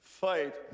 fight